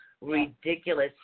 ridiculous